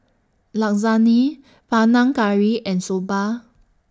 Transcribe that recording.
Lasagne Panang Curry and Soba